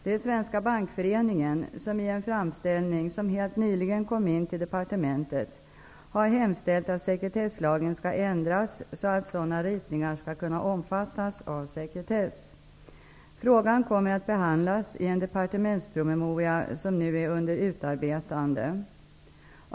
Det är Svenska bankföreningen som i en framställning, vilken helt nyligen kom in till departementet, har hemställt att sekretesslagen skall ändras så, att sådana ritningar skall kunna omfattas av sekretess. Frågan kommer att behandlas i en departementspromemoria som är under utarbetande.